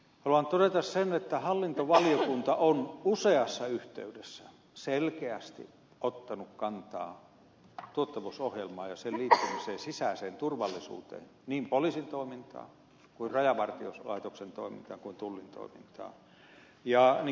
haluan todeta sen että hallintovaliokunta on useassa yhteydessä selkeästi ottanut kantaa tuottavuusohjelmaan ja sen liittymiseen sisäiseen turvallisuuteen niin poliisin toimintaan kuin rajavartiolaitoksen toimintaan kuin tullin toimintaan ja niin kuin ed